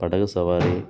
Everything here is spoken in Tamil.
படகு சவாரி